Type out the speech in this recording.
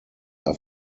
are